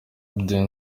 dance